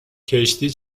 کشتی